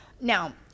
Now